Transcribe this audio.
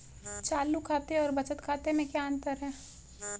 चालू खाते और बचत खाते में क्या अंतर है?